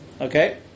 okay